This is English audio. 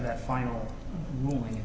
that final ruling